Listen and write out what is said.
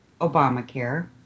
Obamacare